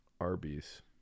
Arby's